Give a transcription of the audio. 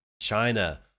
China